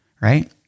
Right